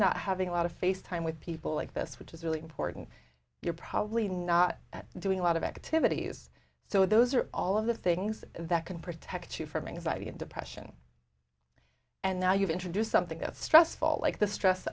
not having a lot of face time with people like this which is really important you're probably not doing a lot of activities so those are all of the things that can protect you from anxiety and depression and now you've introduced something that stressful like the stress